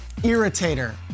irritator